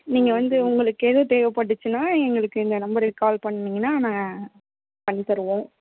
நீங்கள் வந்து உங்களுக்கு எதுவும் தேவைப்பட்டுச்சுன்னா எங்களுக்கு இந்த நம்பருக்கு கால் பண்ணினிங்கன்னா நாங்கள் பண்ணித்தருவோம்